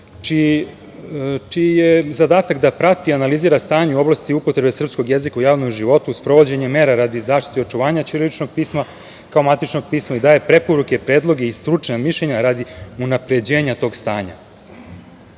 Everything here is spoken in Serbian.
čiji je zadatak da prati i analizira stanje u oblasti upotrebe srpskog jezika u javnom životu, sprovođenje mera radi očuvanja i zaštite ćiriličnog pisma, kao matičnog pisma, i daje preporuke, predloge i stručna mišljenja radi unapređenja tog stanja.